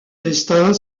destin